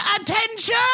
Attention